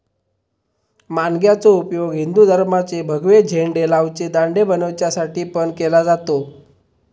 माणग्याचो उपयोग हिंदू धर्माचे भगवे झेंडे लावचे दांडे बनवच्यासाठी पण केलो जाता